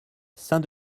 saint